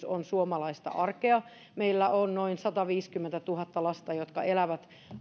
on suomalaista arkea meillä on noin sataviisikymmentätuhatta lasta jotka elävät